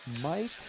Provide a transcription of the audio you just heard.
Mike